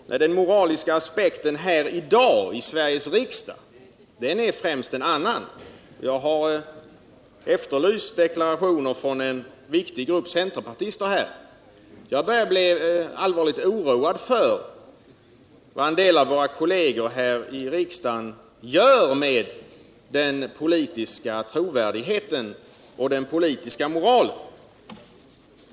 Den moraliska aspekten här i dag, I Sveriges riksdag. är främst en annan. Jag har efterlyst deklarationer från en viktig grupp centerpartister här. Jag börjar bli allvarligt oroad för vad en det av våra kolleger här i riksdagen gör med den politiska trovärdigheten och den politiska moralen.